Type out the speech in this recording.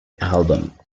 album